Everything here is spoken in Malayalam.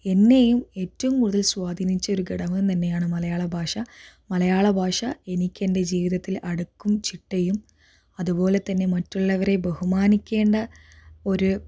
എന്നെയും ഏറ്റവും കൂടുതൽ സ്വാധീനിച്ച ഒരു ഘടകം തന്നെയാണ് മലയാള ഭാഷ മലയാള ഭാഷ എനിക്കെന്റെ ജീവിതത്തിൽ അടുക്കും ചിട്ടയും അതുപോലെതന്നെ മറ്റുള്ളവരെ ബഹുമാനിക്കേണ്ട ഒര്